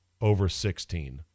over-16